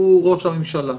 הוא ראש הממשלה.